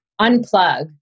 unplug